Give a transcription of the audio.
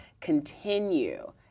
continue